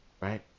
right